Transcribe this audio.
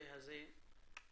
בנושא הזה ואני